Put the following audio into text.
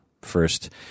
first